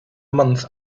month